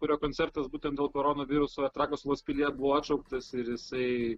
kurio koncertas būtent dėl koronaviruso trakų salos pilyje buvo atšauktas ir jisai